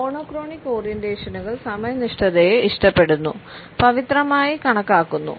monochronic ഓറിയന്റേഷനുകൾ സമയനിഷ്ഠയെ ഇഷ്ടപ്പെടുന്നു പവിത്രമായി കണക്കാക്കുന്നു